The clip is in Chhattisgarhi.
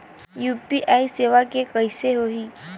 यू.पी.आई सेवा के कइसे होही?